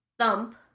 thump